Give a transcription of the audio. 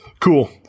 Cool